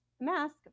mask